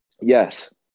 yes